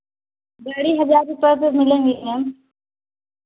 गाड़ी हज़ार रुपये पर मिलेंगी मैम